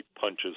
punches